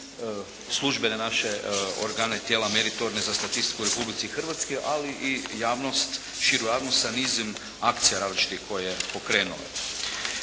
službene naše organe tijela meritorne za statistiku u Republici Hrvatskoj ali i javnost, širu javnost sa nizom akcija različitih koje je pokrenuo.